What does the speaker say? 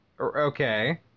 Okay